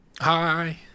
Hi